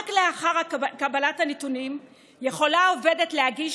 רק לאחר קבלת הנתונים יכולה עובדת להגיש